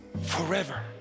forever